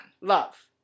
Love